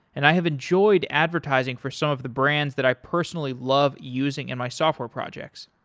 and i have enjoyed advertising for some of the brands that i personally love using in my software projects.